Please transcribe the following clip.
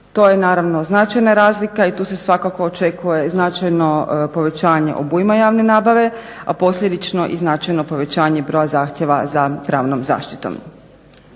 To je naravno značajna razlika i tu se svakako očekuje značajno povećanje obujma javne nabave, a posljedično i značajno povećanje broja zahtjeva za pravnom zaštitom.